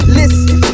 listen